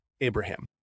Abraham